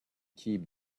keep